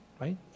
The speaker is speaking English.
right